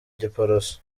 giporoso